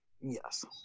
Yes